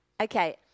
Okay